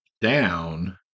down